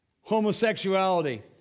homosexuality